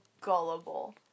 gullible